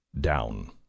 Down